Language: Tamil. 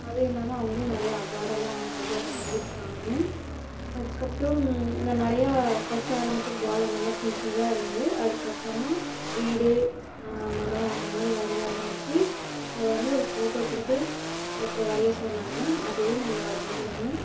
அது இல்லாமல் அவர்களும் நிறைய அவார்டெல்லாம் அந்த மாதிரிலாம் வாங்கியிருக்காங்க அதுக்கப்புறம் நான் நிறைய ஃபர்ஸ்ட் ஆரம்பித்தது பால் அந்த மாதிரி சின்ன சின்னதாக அதிலருந்து அதுக்கப்புறமா வீடு மரம் அந்த மாதிரி வரைய ஆரம்பிச்சு இப்போ வந்து ஒரு ஃபோட்டோ கொடுத்து ஒருத்தரை வரைய சொன்னாங்கன்னால் அதுவே நான் வரைஞ்சிருவேன்